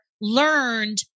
Learned